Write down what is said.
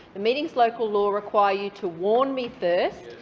the meetings local law require you to warn me first,